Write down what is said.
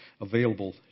available